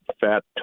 fat